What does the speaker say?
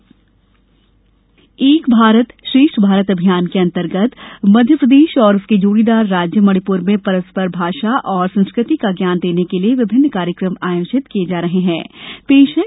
एक भारत श्रेष्ठ भारत संस्कृति एक भारत श्रेष्ठ भारत अभियान के अंतर्गत मध्यप्रदेश और उसके जोड़ीदार राज्य मणिपुर में परस्पर भाषा और संस्कृति का ज्ञान देने के लिए विभिन्न कार्यक्रम आयोजित किए जा रहे है